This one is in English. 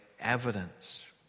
evidence